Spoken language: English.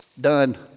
done